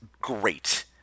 great